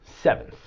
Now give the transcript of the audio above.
seventh